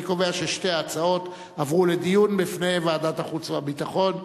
אני קובע ששתי ההצעות עברו לדיון בפני ועדת החוץ והביטחון,